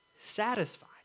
satisfied